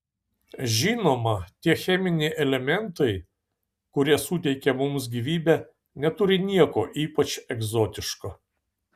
žinoma tie cheminiai elementai kurie suteikia mums gyvybę neturi nieko ypač egzotiško